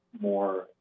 more